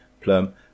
plum